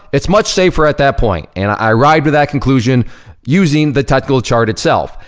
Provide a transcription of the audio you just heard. it's much safer at that point. and i arrived to that conclusion using the technical chart itself.